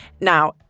Now